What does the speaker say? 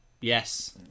Yes